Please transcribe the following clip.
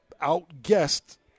outguessed